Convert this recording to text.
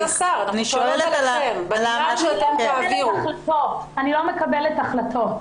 אני לא מקבלת החלטות.